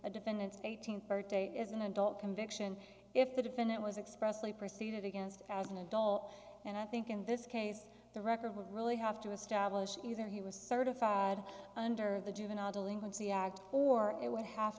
a defendant's eighteenth birthday is an adult conviction if the defendant was expressly proceeded against as an adult and i think in this case the record would really have to establish either he was certified under the juvenile delinquency act or it would have